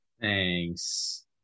Thanks